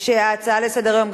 שההצעה לסדר-היום,